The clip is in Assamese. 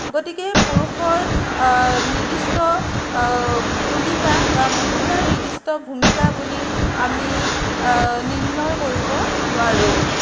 গতিকে পুৰুষৰ নিৰ্দিষ্ট ভূমিকা বা মহিলাৰ নিৰ্দিষ্ট ভূমিকা বুলি আমি নিৰ্দিষ্ট ভূমিকা নিৰ্ণয় কৰিব নোৱাৰোঁ